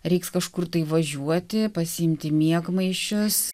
reiks kažkur važiuoti pasiimti miegmaišius